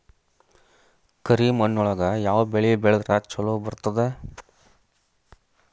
ಕರಿಮಣ್ಣೊಳಗ ಯಾವ ಬೆಳಿ ಬೆಳದ್ರ ಛಲೋ ಬರ್ತದ?